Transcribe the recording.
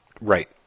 Right